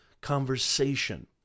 conversation